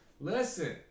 listen